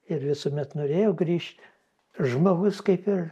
ir visuomet norėjau grįžt žmogus kaip ir